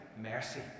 mercy